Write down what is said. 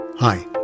Hi